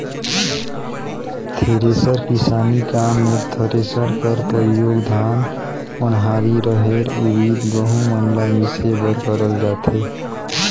thresher किसानी काम मे थरेसर कर परियोग धान, ओन्हारी, रहेर, उरिद, गहूँ मन ल मिसे बर करल जाथे